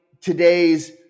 today's